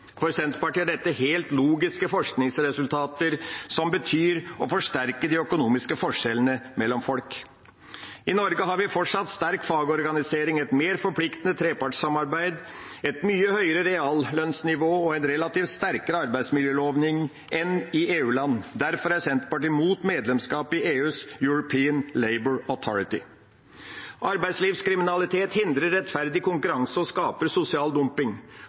For Senterpartiet er dette helt logiske forskningsresultater, som betyr å forsterke de økonomiske forskjellene mellom folk. I Norge har vi fortsatt sterk fagorganisering, et mer forpliktende trepartssamarbeid, et mye høyere reallønnsnivå og en relativt sterkere arbeidsmiljølovgivning enn i EU-land. Derfor er Senterpartiet imot medlemskap i EUs European Labour Authority. Arbeidslivskriminalitet hindrer rettferdig konkurranse og skaper sosial dumping.